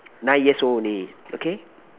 nine years only okay